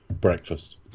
breakfast